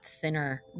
thinner